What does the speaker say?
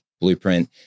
blueprint